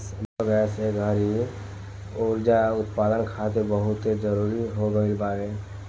biogas ए घड़ी उर्जा उत्पदान खातिर बहुते जरुरी हो गईल बावे